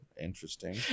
Interesting